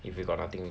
you got nothing